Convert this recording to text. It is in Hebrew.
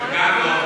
חלקם לא